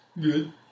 Good